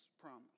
promise